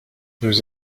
nous